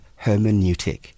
hermeneutic